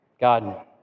God